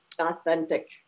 authentic